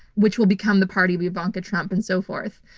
which will become the party of ivanka trump and so forth.